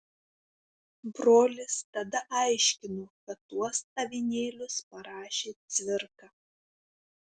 brolis tada aiškino kad tuos avinėlius parašė cvirka